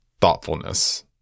thoughtfulness